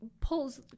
pulls